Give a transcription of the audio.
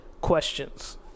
Questions